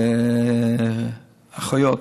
לאחיות,